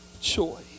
joy